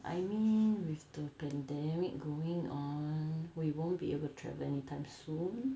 I mean with the pandemic going on we won't be able to travel anytime soon